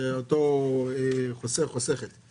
אותו חוסך או חוסכת,